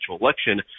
election